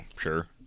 sure